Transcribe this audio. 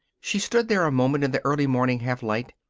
she stood there a moment in the early-morning half-light.